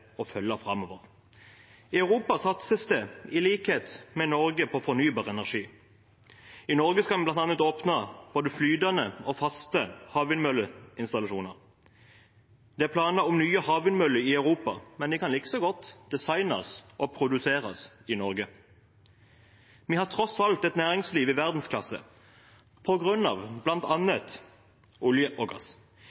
følge framover. I Europa satses det, i likhet med i Norge, på fornybar energi. I Norge skal vi bl.a. åpne både flytende og faste havvindmølleinstallasjoner. Det er planer om nye havvindmøller i Europa, men de kan likeså godt designes og produseres i Norge. Vi har tross alt et næringsliv i verdensklasse